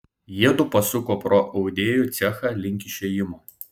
jiedu pasuko pro audėjų cechą link išėjimo